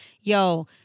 Yo